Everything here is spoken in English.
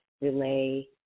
relay